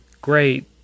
great